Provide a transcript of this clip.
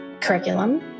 curriculum